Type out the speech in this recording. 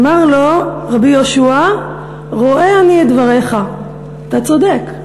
אמר לו רבי יהושע: "רואה אני את דבריך" אתה צודק,